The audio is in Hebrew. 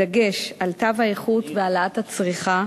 בדגש על תו האיכות והעלאת הצריכה,